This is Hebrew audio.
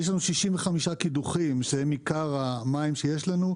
יש לנו 65 קידוחים שהם עיקר המים שיש לנו,